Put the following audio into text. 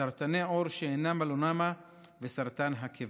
סרטני עור שאינם מלנומה וסרטן הקיבה,